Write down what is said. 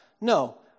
No